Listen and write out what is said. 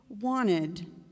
wanted